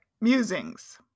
musings